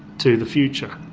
to the future.